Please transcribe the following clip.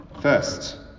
First